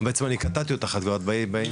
אני יכולה להגיד שהרשות לביטחון קהילתי ולפני כן